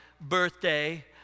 birthday